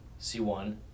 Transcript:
C1